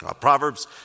Proverbs